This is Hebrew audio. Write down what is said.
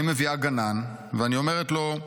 אני מביאה גנן, ואני אומרת לו: